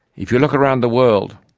if you look around the world,